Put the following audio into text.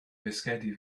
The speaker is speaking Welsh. fisgedi